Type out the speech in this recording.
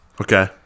Okay